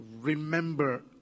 remember